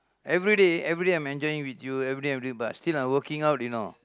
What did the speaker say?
everyday everyday I'm enjoying with you everyday I'm doing but still I'm working out you know